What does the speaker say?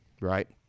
right